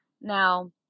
Now